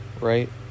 right